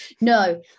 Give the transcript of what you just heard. No